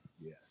Yes